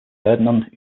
ferdinand